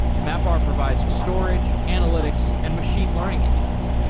mapr provides storage, analytics and machine learning engines.